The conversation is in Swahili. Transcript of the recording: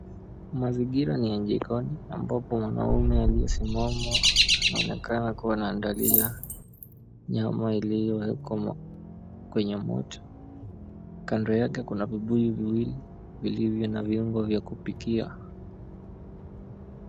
Mazingira ni ya jikoni ambapo mwanaume aliyesimama anaonekana akiwa anaandalia nyama iliyowekwa kwenye moto. Kando yake kuna vibuyu viwili vilivyo na viungo vya kupikia.